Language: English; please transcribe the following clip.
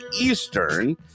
Eastern